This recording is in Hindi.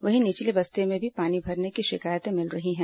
वहीं निचली बस्तियों में भी पानी भरने की शिकायतें मिल रही हैं